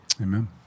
Amen